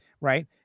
Right